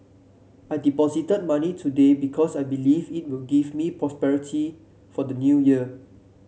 I deposited money today because I believe it will give me prosperity for the New Year